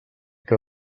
que